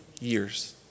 years